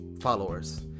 followers